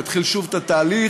נתחיל שוב את התהליך,